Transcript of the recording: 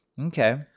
Okay